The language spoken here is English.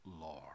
Lord